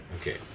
Okay